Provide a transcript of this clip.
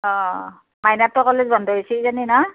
অ college বন্ধ হৈছে না